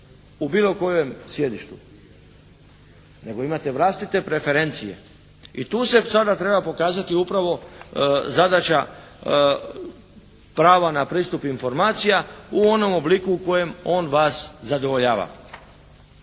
u bilo kojem sjedištu, nego imate vlastite preferencije. I tu se sada treba pokazati upravo zadaća prava na pristup informacija u onom obliku u kojem on vas zadovoljava.